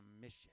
mission